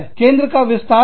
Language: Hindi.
केंद्र का विस्तार कितना है